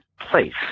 place